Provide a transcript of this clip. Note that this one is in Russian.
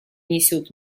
несет